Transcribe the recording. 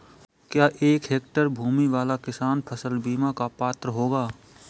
क्या एक हेक्टेयर भूमि वाला किसान फसल बीमा का पात्र होगा?